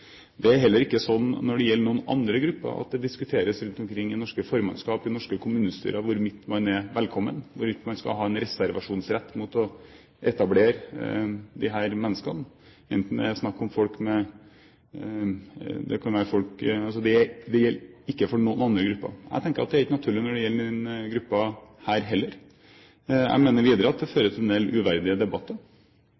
Det er heller ikke slik når det gjelder noen andre grupper, at det diskuteres rundt omkring i norske formannskap og i norske kommunestyrer hvorvidt man er velkommen, hvorvidt man skal ha en reservasjonsrett mot å bosette mennesker. Det gjelder ikke for noen andre grupper. Jeg tenker at det er heller ikke naturlig når det gjelder denne gruppen. Jeg mener videre at det